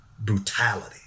brutality